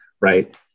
right